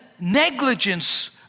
negligence